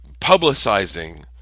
publicizing